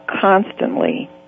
constantly